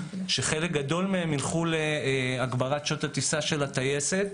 שחלק גדול מהם ילכו להגברת שעות הטיסה של הטייסת,